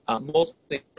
mostly